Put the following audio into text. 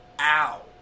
Ow